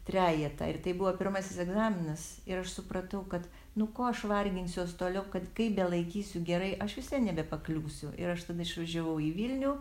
trejetą ir tai buvo pirmasis egzaminas ir aš supratau kad nu ko aš varginsiuos toliau kad kaip belaikysiu gerai aš vis vien nebepakliūsiu ir aš tada išvažiavau į vilnių